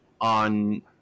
on